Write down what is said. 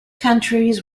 countries